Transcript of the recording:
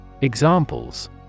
Examples